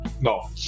No